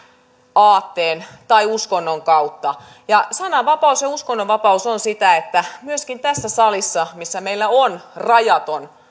aatteen tai uskonnon kautta sananvapaus ja uskonnonvapaus ovat sitä että myöskin tässä salissa missä meillä on rajaton